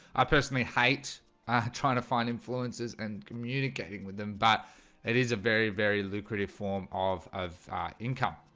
i personally hate trying to find influencers and communicating with them, but it is a very very lucrative form of of income